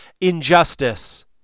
Injustice